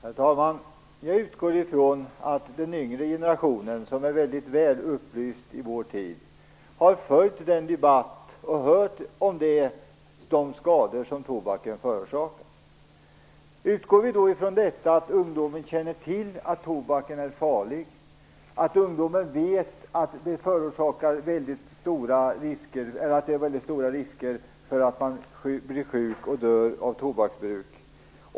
Herr talman! Jag utgår från att den yngre generationen, som är väldigt väl upplyst i vår tid, har följt debatten och hört om de skador som tobaken förorsakar. Lås oss utgå från att ungdomarna känner till att tobaken är farlig, att de vet att det är väldigt stora risker för att man blir sjuk och att man dör av tobaksbruk.